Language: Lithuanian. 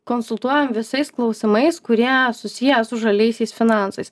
konsultuojam visais klausimais kurie susiję su žaliaisiais finansais